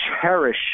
cherish